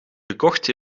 gekocht